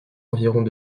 environs